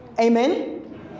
Amen